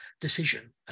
decision